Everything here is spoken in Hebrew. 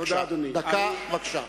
דקה, בבקשה.